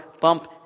bump